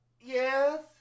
yes